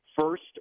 first